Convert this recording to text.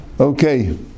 Okay